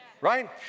Right